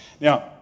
Now